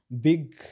big